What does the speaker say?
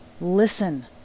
Listen